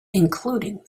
including